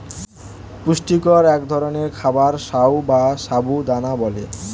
পুষ্টিকর এক ধরনের খাবার সাগু বা সাবু দানা বলে